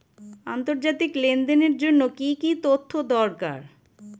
আন্তর্জাতিক লেনদেনের জন্য কি কি তথ্য দরকার?